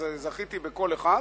אז זכיתי בקול אחד,